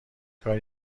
کار